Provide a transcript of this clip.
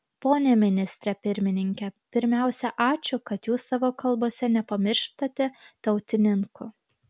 pone ministre pirmininke pirmiausia ačiū kad jūs savo kalbose nepamirštate tautininkų